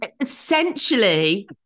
essentially